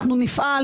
אנחנו נפעל,